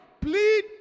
Plead